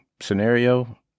scenario